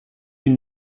une